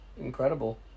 Incredible